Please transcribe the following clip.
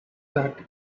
that